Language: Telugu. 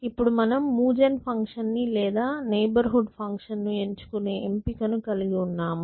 ఇప్పుడు మనము మూవ్ జెన్ ఫంక్షన్ ను లేదా నైబర్ హుడ్ ఫంక్షన్ ను ఎంచుకునే ఎంపికను కలిగి ఉన్నాము